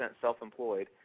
self-employed